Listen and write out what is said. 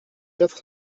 quatre